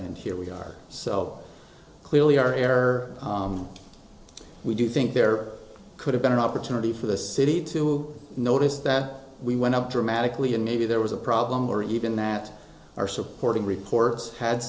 and here we are so clearly our air we do think there could have been an opportunity for the city to notice that we went up dramatically and maybe there was a problem or even that are supporting reports had